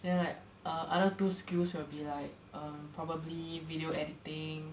then like uh other two skills will be like um probably video editing